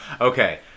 Okay